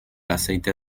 aceite